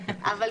לא